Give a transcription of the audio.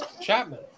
Chapman